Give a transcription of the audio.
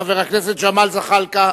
חבר הכנסת ג'מאל זחאלקה.